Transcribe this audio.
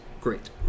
great